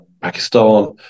Pakistan